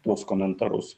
tuos komentarus